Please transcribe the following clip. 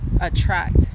attract